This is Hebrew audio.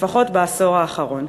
לפחות בעשור האחרון.